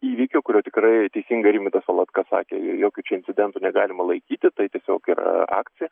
įvykio kurio tikrai teisingai rimvydas valatka sakė jokiu čia incidentu negalima laikyti tai tiesiog yra akcija